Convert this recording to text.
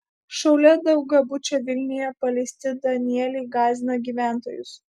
šalia daugiabučio vilniuje paleisti danieliai gąsdina gyventojus